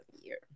year